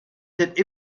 cette